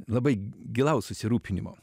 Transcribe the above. labai gilaus susirūpinimo